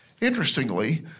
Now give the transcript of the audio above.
interestingly